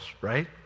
right